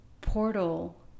portal